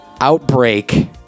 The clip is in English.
Outbreak